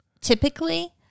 typically